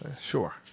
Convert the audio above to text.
sure